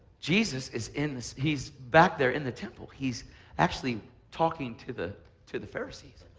jesus is in the he's back there in the temple. he's actually talking to the to the pharisees,